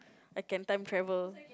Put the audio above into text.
I can time travel